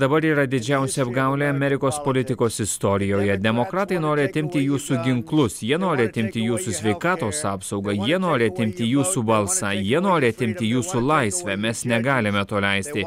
dabar yra didžiausia apgaulė amerikos politikos istorijoje demokratai nori atimti jūsų ginklus jie nori atimti jūsų sveikatos apsaugą jie nori atimti jūsų balsą jie nori atimti jūsų laisvę mes negalime to leisti